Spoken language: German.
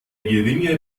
geringe